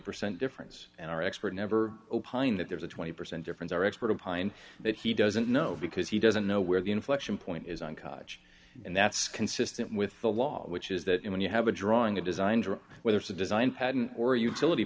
percent difference in our expert never opine that there's a twenty percent difference our export of pine that he doesn't know because he doesn't know where the inflection point is on college and that's consistent with the law which is that when you have a drawing of designs or whether it's a design patent or utility